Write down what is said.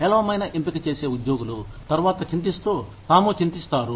పేలవమైన ఎంపిక చేసే ఉద్యోగులు తర్వాత చింతిస్తారు